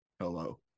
Hello